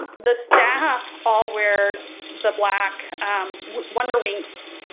the staff all where's the black wonder winx